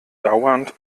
dauernd